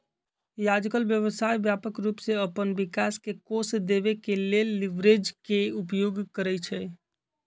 याजकाल व्यवसाय व्यापक रूप से अप्पन विकास के कोष देबे के लेल लिवरेज के उपयोग करइ छइ